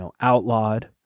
outlawed